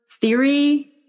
theory